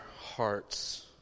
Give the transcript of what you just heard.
hearts